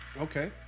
Okay